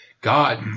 God